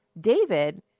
david